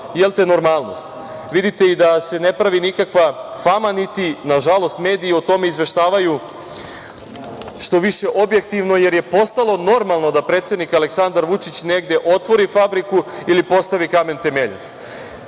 postala normalnost. Vidite i da se ne pravi nikakva fama, niti nažalost mediji o tome izveštavaju što više objektivno, jer je postalo normalno da predsednik Aleksandar Vučić negde otvori fabriku ili postavi kamen temeljac.